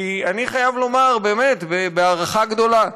כי אני חייב לומר, באמת בהערכה גדולה,